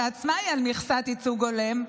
היא עצמה על מכסת ייצוג הולם.